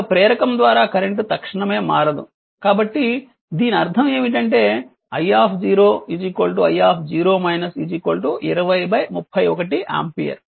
ఒక ప్రేరకం ద్వారా కరెంట్ తక్షణమే మారదు కాబట్టి దీనర్థం ఏమిటంటే i i 20 31 ఆంపియర్